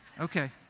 okay